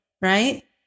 right